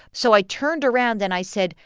so i turned around, and i said,